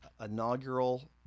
inaugural